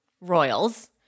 Royals